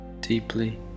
deeply